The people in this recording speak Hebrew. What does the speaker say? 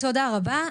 תודה רבה.